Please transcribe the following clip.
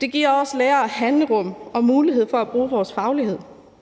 Det giver os lærere handlerum og mulighed for at bruge vores faglighed,